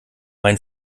mein